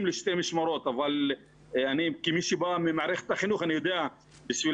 לשתי משמרות אבל כמי שבא ממערכת החינוך אני יודע שלשם